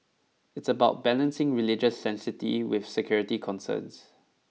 it's about balancing religious sanctity with security concerns